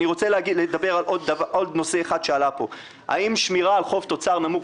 אני רוצה לדבר על עוד נושא אחד שעלה פה: האם שמירה על חוב-תוצר נמוך,